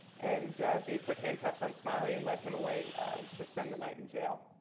and they put handcuffs on smiley and led him away to spend the night in jail.